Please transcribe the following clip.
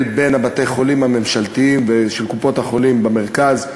בין בתי-החולים הממשלתיים ושל קופות-החולים במרכז,